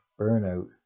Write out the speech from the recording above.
burnout